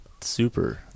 super